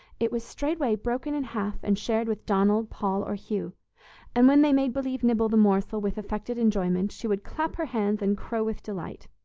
it was straightway broken in half and shared with donald, paul or hugh and, when they made believe nibble the morsel with affected enjoyment, she would clap her hands and crow with delight.